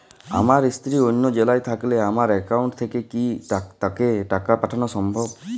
আমার স্ত্রী অন্য জেলায় থাকলে আমার অ্যাকাউন্ট থেকে কি তাকে টাকা পাঠানো সম্ভব?